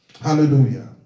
hallelujah